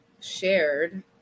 shared